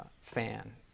fan